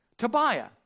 Tobiah